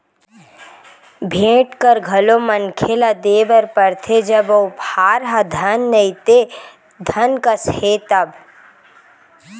भेंट कर घलो मनखे ल देय बर परथे जब ओ उपहार ह धन नइते धन कस हे तब